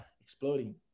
exploding